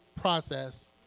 process